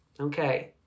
okay